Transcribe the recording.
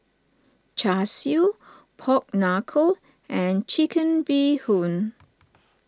Char Siu Pork Knuckle and Chicken Bee Hoon